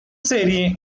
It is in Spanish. serie